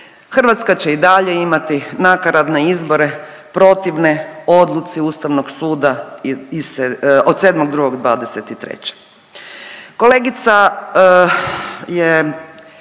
Hrvatska će i dalje imati nakaradne izbore protivne odluci Ustavnog suda od 7.2.2023.